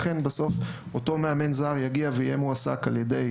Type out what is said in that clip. לכן, בסוף, אותו מאמן זר יגיע ויהיה מועסק על ידי